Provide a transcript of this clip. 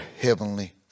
Heavenly